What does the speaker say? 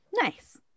nice